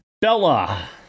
bella